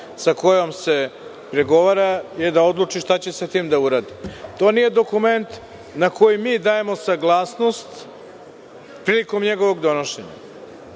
sa kojom se pregovara je da odluči šta će sa tim da uradi. To nije dokument na koji mi dajemo saglasnost prilikom njegovog donošenja. Prva